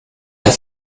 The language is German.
der